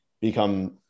become